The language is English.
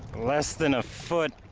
less than a foot